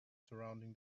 surrounding